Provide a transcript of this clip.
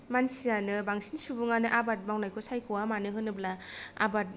मानसियानो बांसिन सुबुङानो आबाद मावनायखौ सायख'आ मानो होनोब्ला आबाद